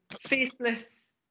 faceless